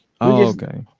okay